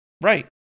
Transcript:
Right